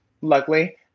luckily